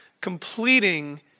completing